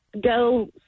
go